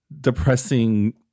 depressing